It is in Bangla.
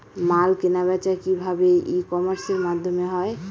মাল কেনাবেচা কি ভাবে ই কমার্সের মাধ্যমে হয়?